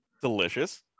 Delicious